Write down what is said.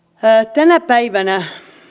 tänä päivänä